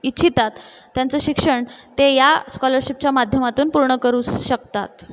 इच्छितात त्यांचं शिक्षण ते या स्कॉलरशिपच्या माध्यमातून पूर्ण करू शकतात